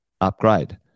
Upgrade